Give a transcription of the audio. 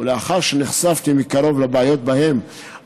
ולאחר שנחשפתי מקרוב לבעיות שבהן הם